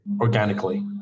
Organically